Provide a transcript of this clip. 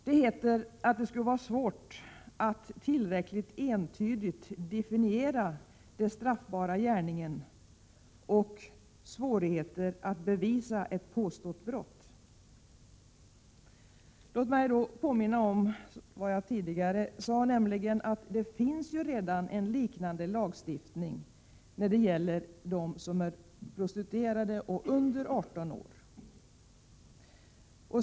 Det heter att det skulle vara svårt att tillräckligt entydigt definiera den straffbara gärningen och föreligga svårigheter att bevisa ett påstått brott. Låt mig då påminna om vad jag tidigare sade — det finns redan en liknande lagstiftning när det gäller prostituerade som är under 18 år.